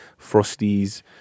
Frosties